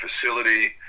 facility